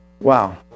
Wow